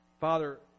Father